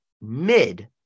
mid